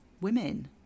women